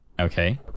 Okay